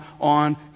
on